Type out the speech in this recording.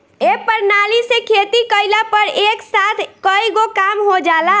ए प्रणाली से खेती कइला पर एक साथ कईगो काम हो जाला